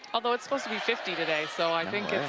although it's supposed to be fifty today, so i think and